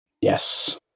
Yes